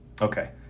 Okay